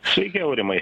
sveiki aurimai